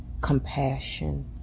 compassion